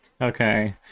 Okay